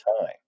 time